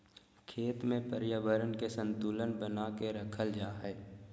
खेत में पर्यावरण के संतुलन बना के रखल जा हइ